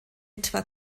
etwa